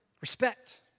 respect